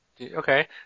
Okay